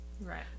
right